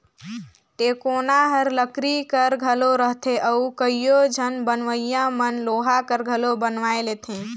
टेकोना हर लकरी कर घलो रहथे अउ कइयो झन बनवइया मन लोहा कर घलो बनवाए लेथे